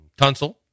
Tunsil